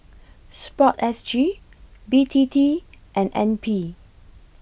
Sport S G B T T and N P